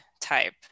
type